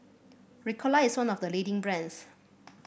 Ricola is one of the leading brands